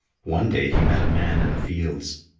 one day he met a man in the fields.